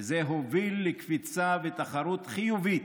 וזה הוביל לקפיצה ותחרות חיובית